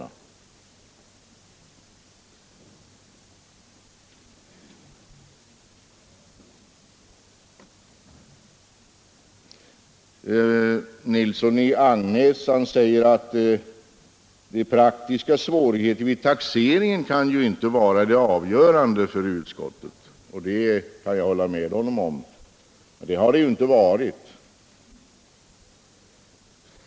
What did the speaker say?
Herr Nilsson i Agnäs säger att de praktiska svårigheterna vid taxeringen kan ju inte vara avgörande för utskottet, och det kan jag hålla med honom om. Det har de heller inte varit.